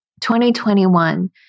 2021